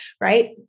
right